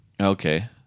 Okay